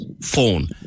phone